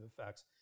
effects